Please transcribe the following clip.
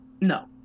No